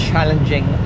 challenging